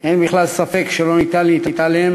אין בכלל ספק שלא ניתן להתעלם